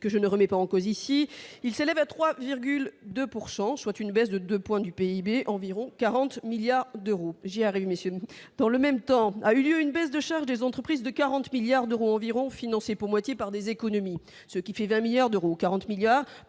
que je ne remets pas en cause ici, il s'élève à 3,2 pourcent,, soit une baisse de 2 points du PIB environ 40 milliards d'euros j'ai avec monsieur dans le même temps, a eu une baisse de charges des entreprises de 40 milliards d'euros environ, financé pour moitié par des économies, ce qui fait 20 milliards d'euros, 40 milliards